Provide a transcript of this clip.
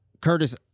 Curtis